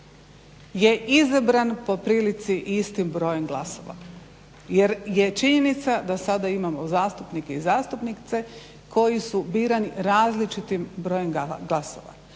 je izabran poprilici istim brojem glasova jer je činjenica da sada imamo zastupnice i zastupnike koji su birani različitim brojem glasova.